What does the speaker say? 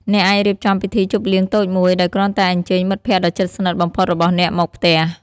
អ្នកអាចរៀបចំពិធីជប់លៀងតូចមួយដោយគ្រាន់តែអញ្ជើញមិត្តភក្តិដ៏ជិតស្និទ្ធបំផុតរបស់អ្នកមកផ្ទះ។